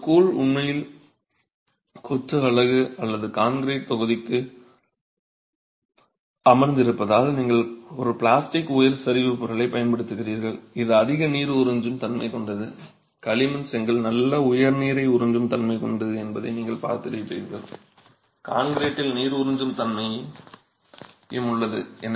இப்போது கூழ் உண்மையில் கொத்து அலகு அல்லது கான்கிரீட் தொகுதிக்குள் அமர்ந்து இருப்பதால் நீங்கள் ஒரு பிளாஸ்டிக் உயர் சரிவுப் பொருளைப் பயன்படுத்துகிறீர்கள் இது அதிக நீர் உறிஞ்சும் தன்மை கொண்டது களிமண் செங்கல் நல்ல உயர் நீரை உறிஞ்சும் தன்மை கொண்டது என்பதை நீங்கள் பார்த்திருப்பீர்கள் கான்கிரீட்டில் நீர் உறிஞ்சும் தன்மையும் உள்ளது